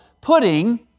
putting